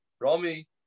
Rami